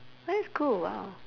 oh that's cool !wow!